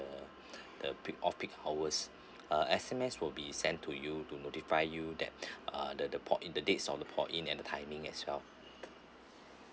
peak off peak hours a S_M_S will be sent to you to notify you that uh the port in the dates on the port in and timing as well